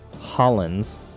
Hollins